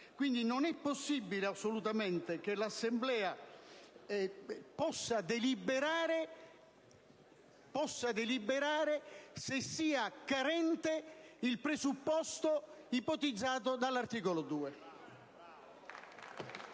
Quindi, non è possibile assolutamente che l'Assemblea si trovi a deliberare se sia carente il presupposto ipotizzato dall'articolo 2.